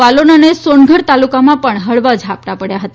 વાલોડ અને સોનગઢ તાલુકામાં પણ હળવા ઝાપટા પડયા હતા